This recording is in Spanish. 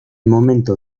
momento